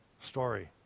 story